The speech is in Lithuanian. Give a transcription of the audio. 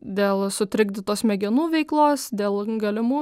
dėl sutrikdytos smegenų veiklos dėl galimų